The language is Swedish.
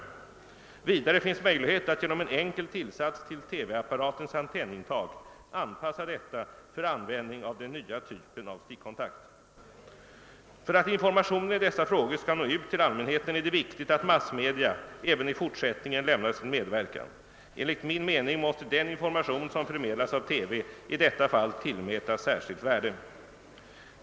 Vidare finns möjlighet att genom en enkel tillsats till TV-apparatens antennintag an passa detta för användning av den nya typen av stickkontakt. För att informationen i dessa frågor skall nå ut till allmänheten är det viktigt att massmedia även i fortsättningen lämnar sin medverkan. Enligt min mening måste den information som förmedlas av TV i detta fall tillmätas särskilt värde.